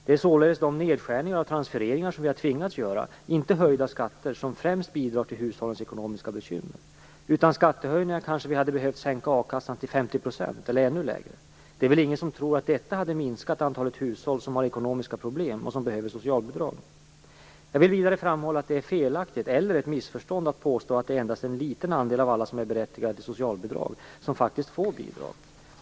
Det är således de nedskärningar av transfereringarna som vi tvingats göra, inte höjda skatter, som främst bidrar till hushållens ekonomiska bekymmer. Utan skattehöjningar kanske vi hade behövt sänka a-kassan till 50 % eller ännu lägre. Det är väl ingen som tror att detta hade minskat antalet hushåll som har ekonomiska problem och som behöver socialbidrag. Jag vill vidare framhålla att det är felaktigt - eller ett missförstånd - att påstå att det endast är en liten andel av alla som är berättigade till socialbidrag som faktiskt får bidrag.